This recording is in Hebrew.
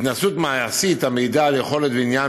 התנסות מעשית המעידה על יכולת ועניין